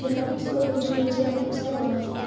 જેટલા પુસ્તકો જોઈએ છે એટલા પુસ્તકો નથી